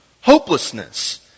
Hopelessness